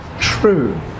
true